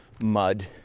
mud